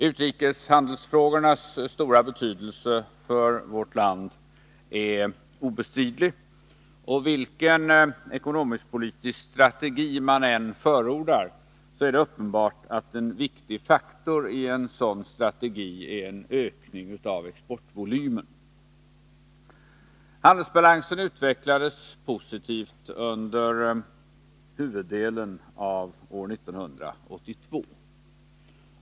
Utrikeshandelsfrågornas stora betydelse för vårt land är obestridlig, och vilken ekonomisk politisk strategi man än förordar är det uppenbart att en viktig faktor i en sådan strategi är en ökning av exportvolymen. Handelsba lansen utvecklades under huvuddelen av år 1982 positivt.